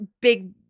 big